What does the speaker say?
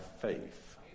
faith